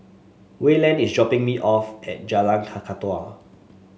Wayland is dropping me off at Jalan Kakatua